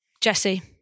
Jesse